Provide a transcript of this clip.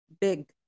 Big